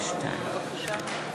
הצעת חוק